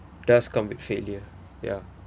does come with failure ya